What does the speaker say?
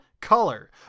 color